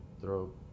throw